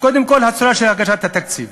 קודם כול, הצורה של הגשת התקציב